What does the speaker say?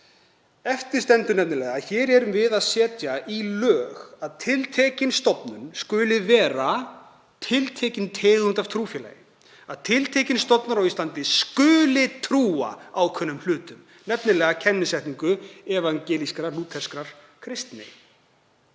Eftir stendur nefnilega að við erum hér að setja í lög að tiltekin stofnun skuli vera tiltekin tegund af trúfélagi, að tiltekin stofnun á Íslandi skuli trúa ákveðnum hlutum, nefnilega kennisetningu evangelískrar lúterskrar kristni.